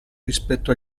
rispetto